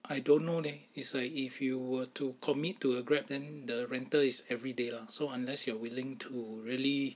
I don't know leh it's like if you were to commit to a grab then the rental is everyday lah so unless you are willing to really